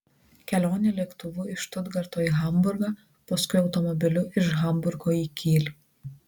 kelionė lėktuvu iš štutgarto į hamburgą paskui automobiliu iš hamburgo į kylį